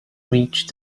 reached